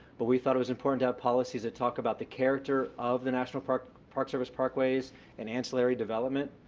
but we thought it was important to have policies that talk about the character of the national park park service parkways and ancillary development.